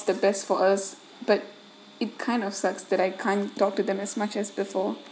the best for us but it kind of sucks that I can't talk to them as much as before